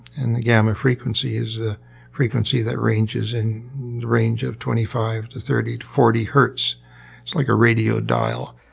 and the gamma frequency is a frequency that ranges in the range of twenty five to thirty to forty hertz. it's like a radio dial.